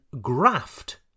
graft